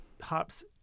hops